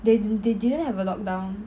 they didn't they didn't have a lockdown